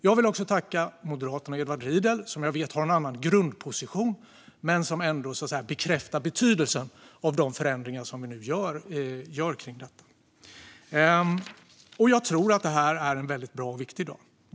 Jag vill tacka Moderaterna och Edward Riedl, som jag vet har en annan grundposition men som ändå bekräftar betydelsen av de förändringar som vi nu gör i detta. Jag tror att det här är en väldigt bra och viktig dag.